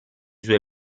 sue